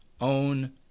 own